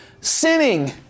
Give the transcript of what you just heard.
sinning